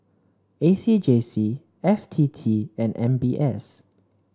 A C J C F T T and M B S